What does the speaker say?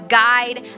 guide